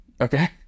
okay